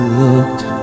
looked